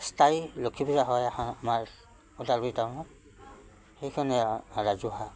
স্থায়ী লক্ষী পূজা হয় এখন আমাৰ ওদালগুৰি টাউনত সেইখনেই ৰাজহুৱা